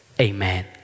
Amen